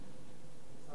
אבל הוא היה פה.